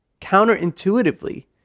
counterintuitively